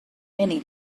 many